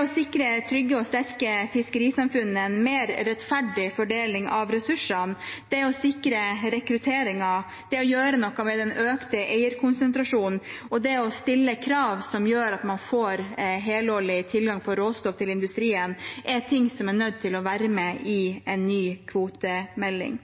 å sikre trygge og sterke fiskerisamfunn med en mer rettferdig fordeling av ressursene, det å sikre rekrutteringen, det å gjøre noe med den økte eierkonsentrasjonen og det å stille krav som gjør at man får helårig tilgang på råstoff til industrien, er ting som er nødt til å være med i en ny kvotemelding.